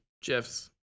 Jeff's